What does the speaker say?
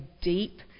deep